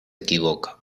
equivoca